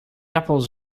apples